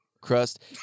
crust